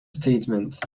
statement